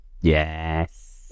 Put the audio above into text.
Yes